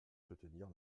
soutenir